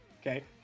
Okay